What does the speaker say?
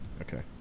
Okay